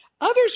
Others